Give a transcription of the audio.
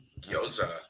gyoza